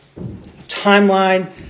Timeline